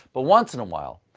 but once in a while,